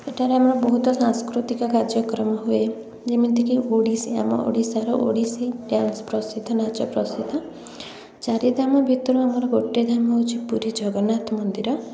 ଏଠାରେ ଆମ ବହୁତ ସାଂସ୍କୃତିକ କାର୍ଯ୍ୟକ୍ରମ ହୁଏ ଯେମିତିକି ଓଡ଼ିଶୀ ଆମ ଓଡ଼ିଶାର ଓଡ଼ିଶୀ ଡ୍ୟାନ୍ସ ପ୍ରସିଦ୍ଧ ନାଚ ପ୍ରସିଦ୍ଧ ଚାରି ଧାମ ଭିତରୁ ଆମର ଗୋଟେ ଧାମ ହେଉଛି ପୁରୀ ଜଗନ୍ନାଥ ମନ୍ଦିର